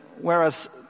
whereas